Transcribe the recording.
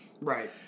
Right